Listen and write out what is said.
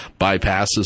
bypasses